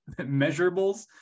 measurables